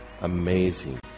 amazing